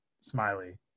Smiley